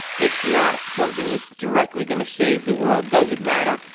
it's not something that's directly going to save the world. does it matter?